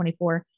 24